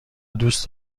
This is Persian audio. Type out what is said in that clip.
دوست